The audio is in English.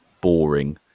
boring